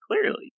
clearly